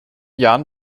jahren